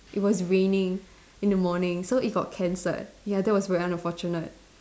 it was raining in the morning so it got cancelled ya that was very unfortunate